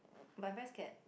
my best get